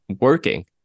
working